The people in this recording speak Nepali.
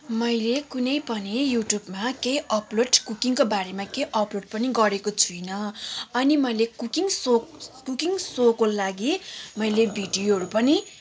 मैले कुनै पनि युट्युबमा केही अपलोड कुकिङको बारेमा केही अपलोड पनि गरेको छुइनँ अनि मैले कुकिङ सोक कुकिङ सोको लागि मैले भिडियोहरू पनि